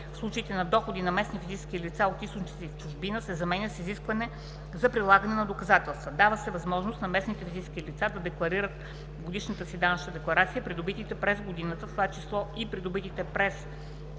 в случаите на доходи на местни физически лица от източници в чужбина, се заменя с изискване за прилагане на „доказателства“. Дава се възможност на местните физически лица да декларират в годишната си данъчна декларация придобитите през годината, в това число и придобитите през